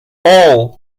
all